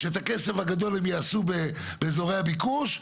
שאת הכסף הגדול הם יעשו באזורי הביקוש,